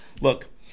look